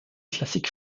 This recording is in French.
classique